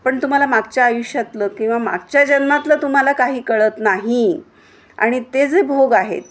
पण तुम्हाला मागच्या आयुष्यातलं किंवा मागच्या जन्मातलं तुम्हाला काही कळत नाही आणि ते जे भोग आहेत